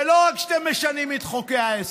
ולא רק שאתם משנים את חוקי-היסוד,